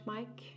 Mike